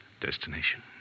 Destination